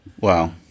Wow